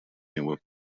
него